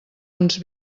uns